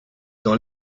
dans